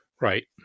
right